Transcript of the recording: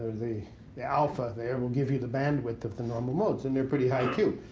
the the alpha there will give you the bandwidth of the normal modes, and they're pretty high q.